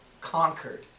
conquered